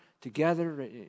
together